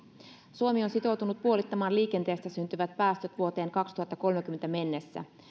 suomi on sitoutunut puolittamaan liikenteestä syntyvät päästöt vuoteen kaksituhattakolmekymmentä mennessä